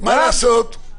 אוסמה,